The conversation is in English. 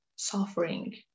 Suffering